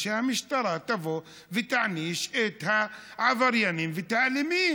שהמשטרה תבוא ותעניש את העבריינים ואת האלימים.